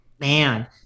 man